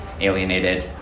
alienated